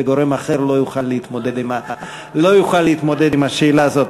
וגורם אחר לא יוכל להתמודד עם השאלה הזאת.